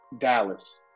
Dallas